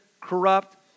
corrupt